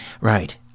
right